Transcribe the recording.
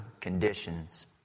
conditions